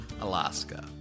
Alaska